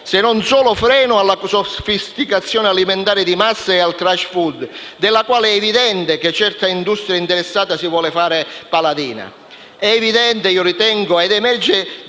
e solo freno alla sofisticazione alimentare di massa ed al *trash food*, della quale è evidente che certa industria interessata si vuole fare paladina. È evidente, ed emerge da